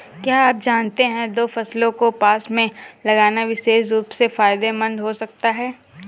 क्या आप जानते है दो फसलों को पास में लगाना विशेष रूप से फायदेमंद हो सकता है?